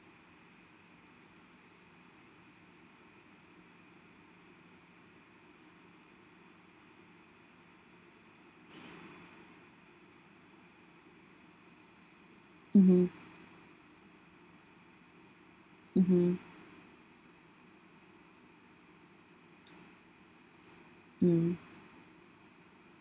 mmhmm mmhmm mm